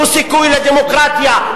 תנו סיכוי לדמוקרטיה,